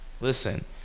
Listen